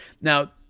Now